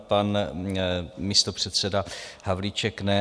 Pan místopředseda Havlíček ne.